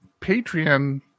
Patreon